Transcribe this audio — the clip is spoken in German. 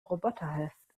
roboterhaft